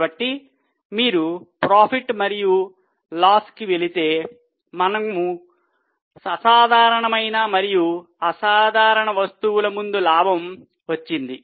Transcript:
కాబట్టి మీరు P మరియు L కి వెళితే మనకు అసాధారణమైన మరియు అసాధారణమైన వస్తువుల ముందు లాభం వచ్చింది